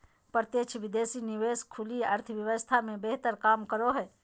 प्रत्यक्ष विदेशी निवेश खुली अर्थव्यवस्था मे बेहतर काम करो हय